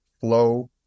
flow